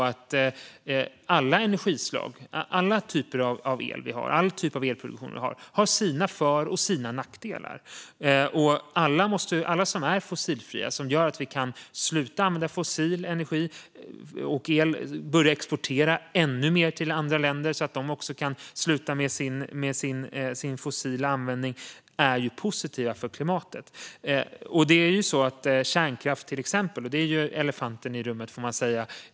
Alla energislag, all typ av elproduktion vi har, har sina för och nackdelar. Alla som är fossilfria gör att vi kan sluta att använda fossila bränslen. Det gör att vi kan exportera ännu mer till andra länder så att de också kan sluta med sin fossila användning. Alla de energislagen är positiva för klimatet. Kärnkraften är elefanten i rummet.